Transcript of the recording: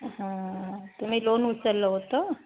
हां तुमी लोन उचललं होतं